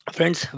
Friends